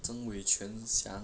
曾偉權侠